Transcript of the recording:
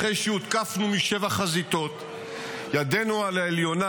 אחרי שהותקפנו משבע חזיתות, ידנו על העליונה.